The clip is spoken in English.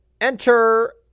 enter